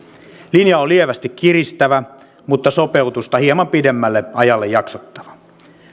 linja on lievästi kiristävä mutta sopeutusta hieman pidemmälle ajalle jaksottava